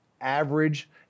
average